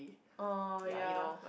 oh ya